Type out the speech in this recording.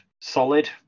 solid